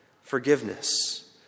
forgiveness